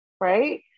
right